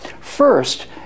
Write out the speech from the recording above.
First